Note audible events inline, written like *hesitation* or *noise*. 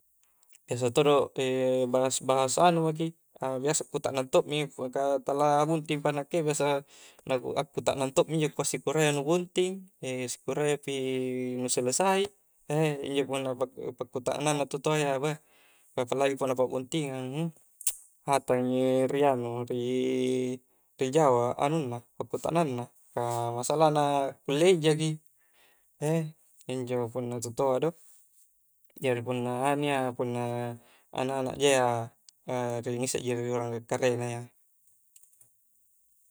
Biasa todo *hesitation* bahas-bahas anu mki, a biasa akkutaknang tokmi ka tala bunting pa nakke biasa akkukutaknang to mi injo angkua sikurayya nu bunting, *hesitation* sikurayya pi nu selesai, eih injo punna pakku-pakkutaknang na tutoayya beih, apalagi punna pakbuntingang, *hesitation* hatang i ri anu ri jawab anunna pakkutaknang na ka masalahna kuliah inja ki, eih injo punna tu toa do, jari punna anu iya punna anak anak ja ia ri ngissekji riurang karekkarena ia.